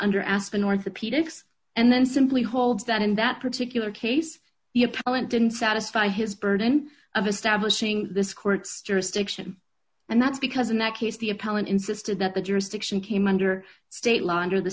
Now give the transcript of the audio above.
under aspen orthopedics and then simply holds that in that particular case the appellant didn't satisfy his burden of establishing this court's jurisdiction and that's because in that case the appellant insisted that the jurisdiction came under state law under the